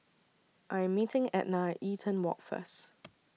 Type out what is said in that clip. I Am meeting Ednah At Eaton Walk First